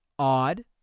odd